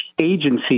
agency